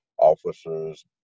officers